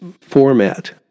format